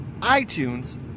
iTunes